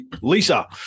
Lisa